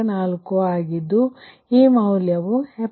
4ಆಗಿದೆ ಈ ಮೌಲ್ಯವು ಈ ಹಂತವು 73